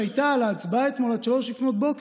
שהייתה על ההצבעה אתמול עד 03:00,